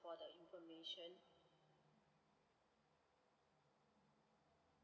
for the information